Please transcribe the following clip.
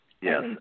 yes